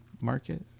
market